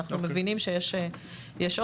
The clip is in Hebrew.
אנחנו מבינים שיש עוד.